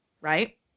right